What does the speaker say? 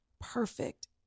perfect